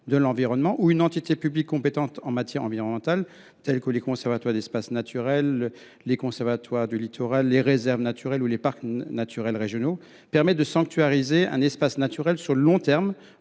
de l’environnement ou une entité publique compétente en matière environnementale, telle que les conservatoires d’espaces naturels, le Conservatoire du littoral, les réserves naturelles ou les parcs naturels régionaux, permet de sanctuariser un espace naturel sur le long terme